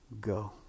Go